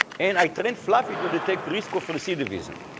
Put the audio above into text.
and i trained fluffy to detect risk of recidivism,